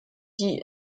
die